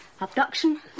abduction